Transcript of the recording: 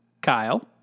Kyle